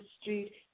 street